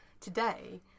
today